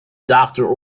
doctor